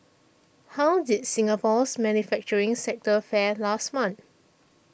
how did Singapore's manufacturing sector fare last month